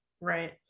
Right